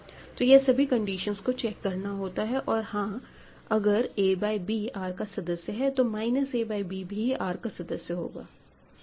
तो यह सभी कंडीशंस को चेक करना होता है और हाँ अब अगर a बाय b R का सदस्य है तो माइनस a बाय b भी R का सदस्य होगा